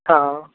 हँ